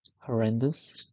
horrendous